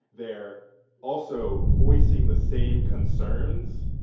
they're also voicing the same concerns,